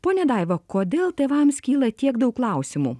ponia daiva kodėl tėvams kyla tiek daug klausimų